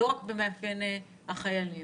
לא רק במאפייני החיילים.